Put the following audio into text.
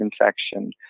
infection